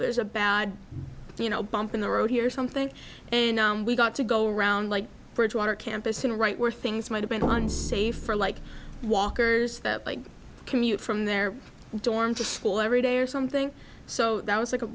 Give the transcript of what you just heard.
there's a bad you know bump in the road here or something and we got to go around like bridgewater campus and right were things might have been on safer like walkers that bike commute from their dorm to school every day or something so that was